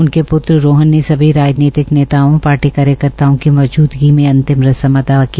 उनके पुत्र रोहन ने सभी राजनीतिक नेताओं पार्टी कार्यकर्ताओं की मौजूदगी में अंतिम रस्म अदा की